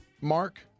mark